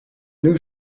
new